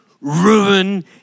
ruin